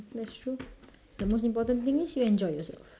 that's true the most important thing is you enjoy yourself